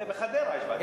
הנה, בחדרה יש ועדה קרואה.